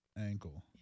ankle